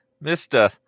mister